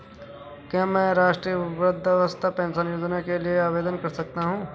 क्या मैं राष्ट्रीय वृद्धावस्था पेंशन योजना के लिए आवेदन कर सकता हूँ?